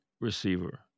receiver